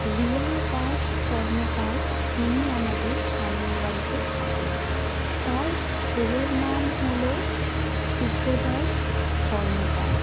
রিয়া দাস কর্মকার যিনি আমাদের সামনের বাড়িতে থাকেন তার ছেলের নাম হল শুভ দাস কর্মকার